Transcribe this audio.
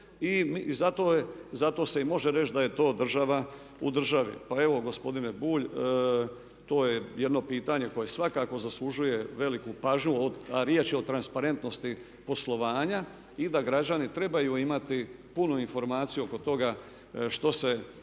zato se i može reći da je to država u državi. Pa evo gospodine Bulj to je jedno pitanje koje svakako zaslužuje veliku pažnju a riječ je o transparentnosti poslovanja i da građani trebaju imati punu informaciju o tome što se